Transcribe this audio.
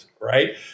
right